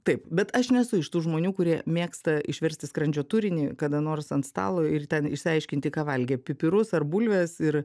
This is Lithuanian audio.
taip bet aš nesu iš tų žmonių kurie mėgsta išversti skrandžio turinį kada nors ant stalo ir ten išsiaiškinti ką valgė pipirus ar bulves ir